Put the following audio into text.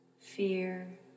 fear